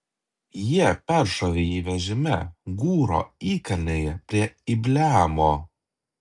jie peršovė jį vežime gūro įkalnėje prie ibleamo